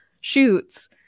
shoots